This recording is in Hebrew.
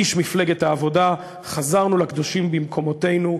איש מפלגת העבודה: חזרנו לקדושים במקומותינו,